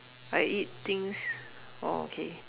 I eat things orh okay